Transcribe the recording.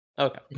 Okay